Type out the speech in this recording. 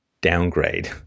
downgrade